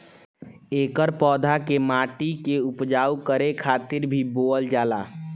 एकर पौधा के माटी के उपजाऊ करे खातिर भी बोअल जाला